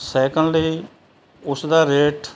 secondly ਉਸਦਾ rate